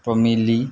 प्रमेली